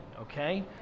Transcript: okay